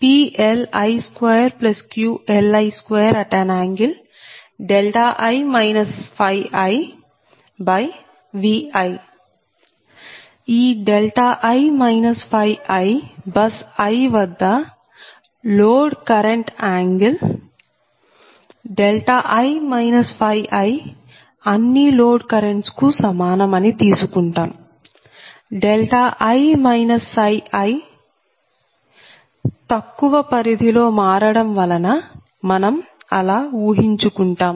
ఈ i i bus i వద్ద load current angle angle కోణం i i అన్ని లోడ్ కరెంట్స్ కు సమానం అని తీసుకుంటాం i iతక్కువ పరిధిలో మారడం వలన మనం అలా ఊహించుకుంటాం